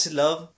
love